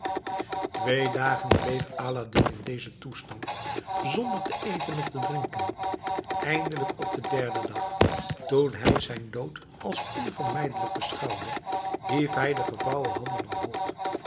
twee dagen bleef aladdin in dezen toestand zonder te eten of te drinken eindelijk op den derden dag toen hij zijn dood als onvermijdelijk beschouwde hief hij de gevouwen handen omhoog